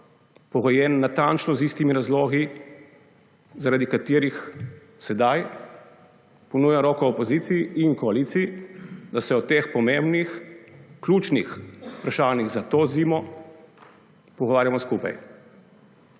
pogojen natančno z istimi razlogi, zaradi katerih sedaj ponujam roko opoziciji in koaliciji, da se o teh pomembnih ključnih vprašanjih za to zimo pogovarjamo skupaj.